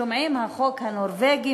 שומעים "החוק הנורבגי",